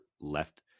left